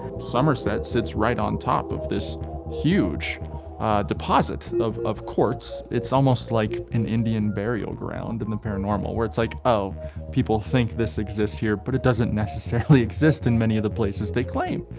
somerset sits right on top of this huge deposit of of quartz. it's almost like an indian burial ground in the paranormal where it's, like oh people think this exists here, but it doesn't necessarily exist in many of the places they claim.